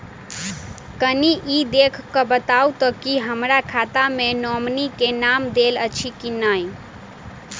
कनि ई देख कऽ बताऊ तऽ की हमरा खाता मे नॉमनी केँ नाम देल अछि की नहि?